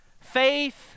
Faith